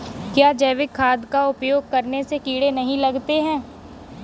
क्या जैविक खाद का उपयोग करने से कीड़े नहीं लगते हैं?